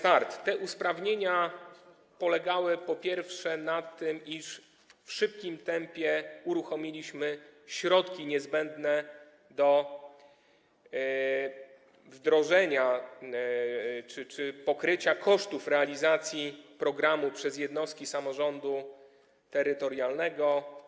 Te usprawnienia polegały, po pierwsze, na tym, iż szybko uruchomiliśmy środki niezbędne do wdrożenia czy pokrycia kosztów realizacji programu przez jednostki samorządu terytorialnego.